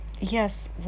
yes